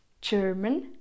German